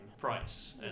price